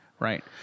Right